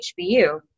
HBU